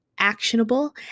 actionable